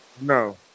No